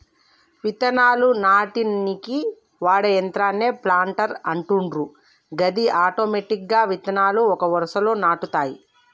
విత్తనాలు నాటనీకి వాడే యంత్రాన్నే ప్లాంటర్ అంటుండ్రు గది ఆటోమెటిక్గా విత్తనాలు ఒక వరుసలో నాటుతాయి